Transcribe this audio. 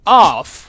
off